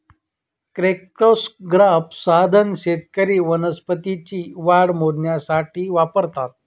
crescograph साधन शेतकरी वनस्पतींची वाढ मोजण्यासाठी वापरतात